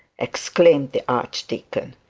exclaimed the archdeacon.